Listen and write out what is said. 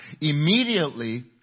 Immediately